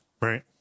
right